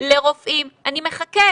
לרופאים אני מחכה.